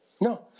No